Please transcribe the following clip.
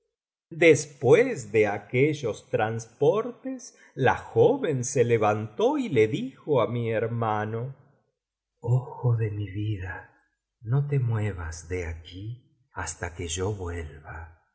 después de aquellos transportes la joven se levantó y le dijo á mi hermano ojo de mi vida no te muevas de aquí hasta que yo vuelva